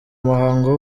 muhango